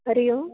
हरिः ओम्